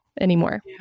anymore